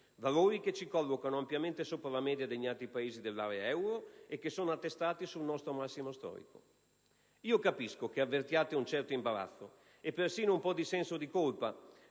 Valori che ci collocano ampiamente sopra la media degli altri Paesi dell'area euro e che sono attestati sul nostro massimo storico. Capisco che avvertiate un certo imbarazzo e persino un po' di senso di colpa,